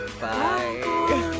Bye